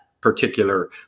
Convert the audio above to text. particular